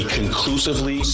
conclusively